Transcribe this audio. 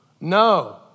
No